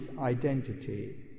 identity